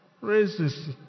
Praises